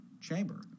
chamber